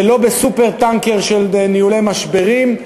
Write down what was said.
ולא בסופר-טנקר של ניהולי משברים,